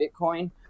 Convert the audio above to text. Bitcoin